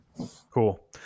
Cool